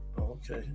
Okay